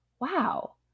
wow